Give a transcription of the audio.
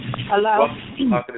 Hello